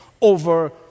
over